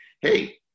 hey